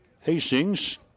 Hastings